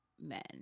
men